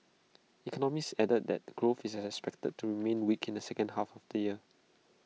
economists added that growth is expected to remain weak in the second half of the year